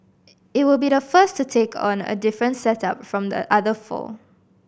it will be the first to take on a different setup from the other four